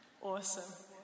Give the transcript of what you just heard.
Awesome